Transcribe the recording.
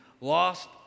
lost